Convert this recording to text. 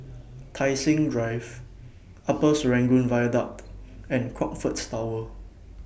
Tai Seng Drive Upper Serangoon Viaduct and Crockfords Tower